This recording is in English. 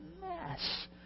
mess